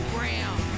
Graham